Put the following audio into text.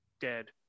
dead